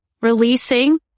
releasing